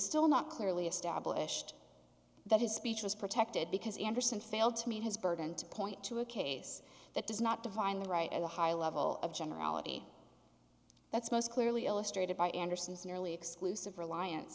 still not clearly established that his speech was protected because andersen failed to meet his burden to point to a case that does not divine the right and a high level of generality that's most clearly illustrated by anderson's nearly exclusive reliance